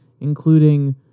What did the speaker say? including